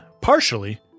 partially